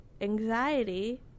anxiety